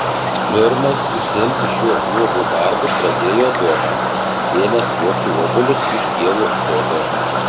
pirmas užsiimti šiuo blogu darbu pradėjo adomas ėmęs vogti obuolius iš dievo sodo